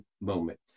moment